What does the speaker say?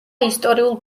ისტორიულ